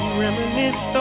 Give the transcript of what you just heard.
reminisce